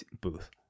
booth